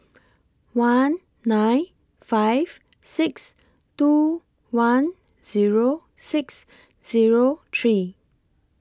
one nine five six two one Zero six Zero three